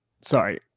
Sorry